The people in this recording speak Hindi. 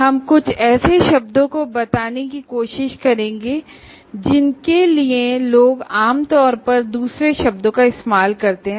हम कुछ ऐसे शब्दों को बताने की कोशिश करेंगे जिनके लिए लोग आमतौर पर दूसरे शब्दों का इस्तेमाल करते हैं